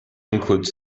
includes